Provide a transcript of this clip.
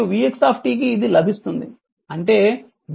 మరియు vx కి ఇది లభిస్తుంది అంటే vL vx